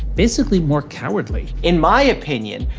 basically more cowardly. in my opinion,